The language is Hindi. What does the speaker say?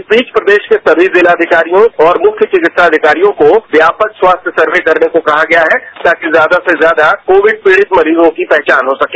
इस बीच प्रदेश के सभी जिलाधिकारियों और मुख्य चिकित्सा अधिकारियों को व्यापक स्वास्थ्य सर्वे करने को कहा गया है ताकि ज्यादा से ज्यादा कोविड पीड़ित मरीजों की पहचान हो सके